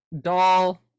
Doll